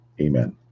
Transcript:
Amen